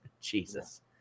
Jesus